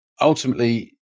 ultimately